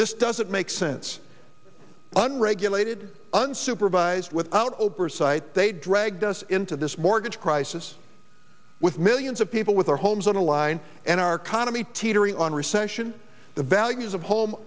this doesn't make since unregulated unsupervised without oversight they dragged us into this mortgage crisis with millions of people with our homes on the line and our condo me teetering on recession the values of home